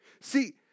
See